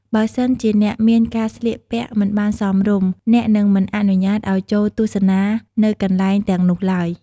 បើសិនជាអ្នកមានការស្លៀកពាក់មិនបានសមរម្យ អ្នកនិងមិនអនុញ្ញាតឲ្យចូលទស្សនា នៅកន្លែងទាំងនោះឡើយ។